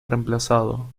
reemplazado